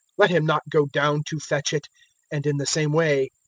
let him not go down to fetch it and, in the same way,